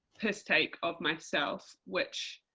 piss take of myself, which,